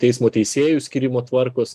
teisėjų skyrimo tvarkos